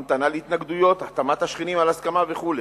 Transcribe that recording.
המתנה להתנגדויות, החתמת השכנים על הסכמה וכו'.